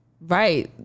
right